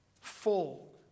full